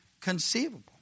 conceivable